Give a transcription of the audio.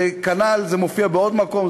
זה מופיע בעוד מקום,